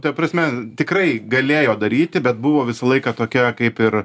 ta prasme tikrai galėjo daryti bet buvo visą laiką tokia kaip ir